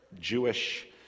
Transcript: Jewish